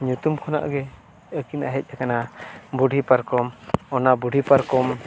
ᱧᱩᱛᱩᱢ ᱠᱷᱚᱱᱟᱜ ᱜᱮ ᱟᱹᱠᱤᱱᱟᱜ ᱦᱮᱡ ᱠᱟᱱᱟ ᱵᱩᱰᱷᱤ ᱯᱟᱨᱠᱚᱢ ᱚᱱᱟ ᱵᱩᱰᱷᱤ ᱯᱟᱨᱠᱚᱢ